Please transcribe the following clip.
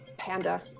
Panda